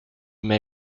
may